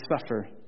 suffer